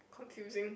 confusing